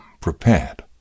prepared